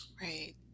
Right